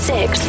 Six